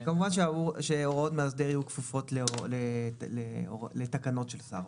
כמובן שהוראות מאסדר יהיו כפופות לתקנות של השר.